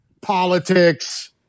politics